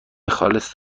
خالص